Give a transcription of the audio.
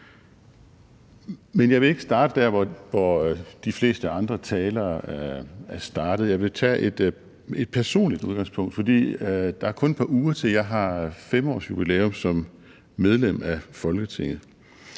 Men jeg vil ikke starte der, hvor de fleste andre talere er startet. Jeg vil tage et personligt udgangspunkt, for der er kun et par uger, til jeg har 5-årsjubilæum som medlem af Folketinget,